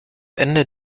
ende